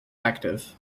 active